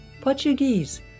Portuguese